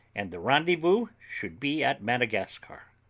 and the rendezvous should be at madagascar.